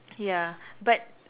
ya but